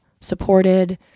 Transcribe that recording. supported